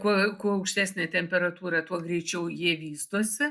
kuo kuo aukštesnė temperatūra tuo greičiau jie vystosi